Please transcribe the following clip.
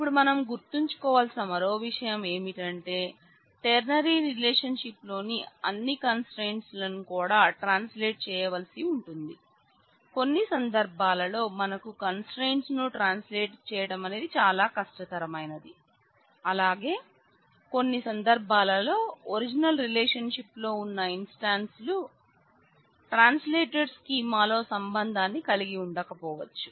ఇపుడు మనం గుర్తుంచుకోవలసిన మరో విషయం ఏమిటంటే టెర్నరీ రిలేషన్షిప్ లో సంబంధాన్ని కలిగి ఉండకపోవచ్చు